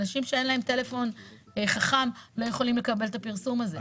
אנשים שאין להם טלפון חכם לא יכולים לקבל את הפרסום הזה.